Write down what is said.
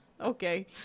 Okay